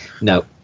no